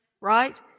Right